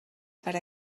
per